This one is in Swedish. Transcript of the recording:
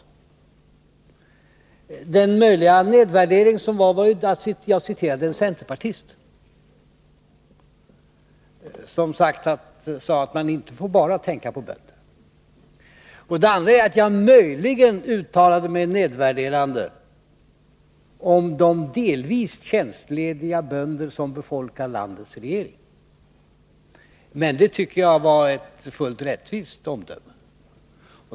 En sak som möjligen kan ha verkat nedvärderande kan ha varit att jag citerade en centerpartist, som sade att man inte bara får tänka på bönderna. Det andra är att jag möjligen uttalat mig nedvärderande om de delvis tjänstlediga bönder som befolkar landets regering. Men det tycker jag var ett fullt rättvist omdöme.